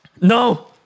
No